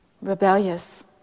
rebellious